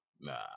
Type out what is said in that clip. nah